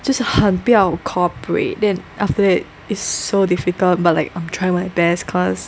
就是很不要 cooperate then after that is so difficult but like I'm trying my best cause